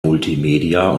multimedia